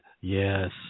Yes